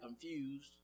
confused